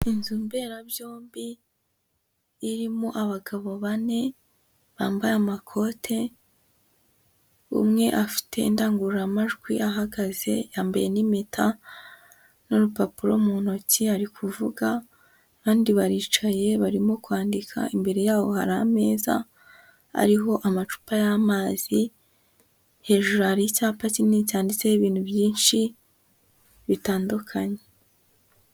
Inzu mberabyombi irimo abagabo bane bambaye amakote, umwe afite indangururamajwi ahagaze yambaye n'impeta, n'urupapuro mu ntoki ari kuvuga, abandi baricaye barimo kwandika, imbere yabo hari ameza ariho amacupa y'amazi, hejuru hari icyapa kinini cyanditseho ibintu byinshi bitandukanye.